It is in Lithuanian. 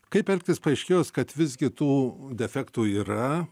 kaip elgtis paaiškėjus kad visgi tų defektų yra